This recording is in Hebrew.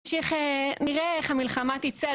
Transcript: נראה איך המלחמה תצא.